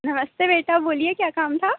नमस्ते बेटा बोलिए क्या काम था